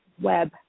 web